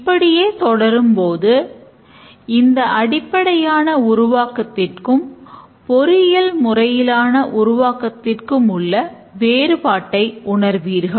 இப்படியே தொடரும் போது இந்த அடிப்படையான உருவாக்கத்திற்கும் பொறியியல் முறையிலான உருவாக்கத்திற்கும் உள்ள வேறுபாட்டை உணர்வீர்கள்